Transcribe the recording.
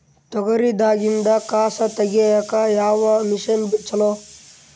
ತೊಗರಿ ದಾಗಿಂದ ಕಸಾ ತಗಿಯಕ ಯಾವ ಮಷಿನ್ ಚಲೋ?